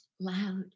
loud